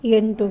ಎಂಟು